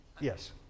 Yes